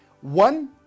One